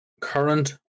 current